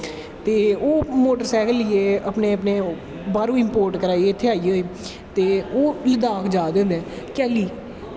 ते ओह् मोटरसैकल लेईयै अपनें अपनें बाह्रों इंपोट कराईयै इत्थें आईये ते ओह् लद्दाख जा दे होंदे कैल्ली